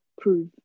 Prove